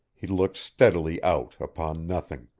he looked steadily out upon nothing.